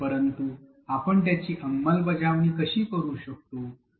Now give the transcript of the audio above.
परंतु आपण त्याची अंमलबजावणी कशी करू शकतो